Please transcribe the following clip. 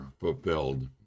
fulfilled